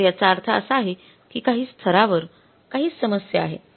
तर याचा अर्थ असा आहे की काही स्तरावर काही समस्या आहे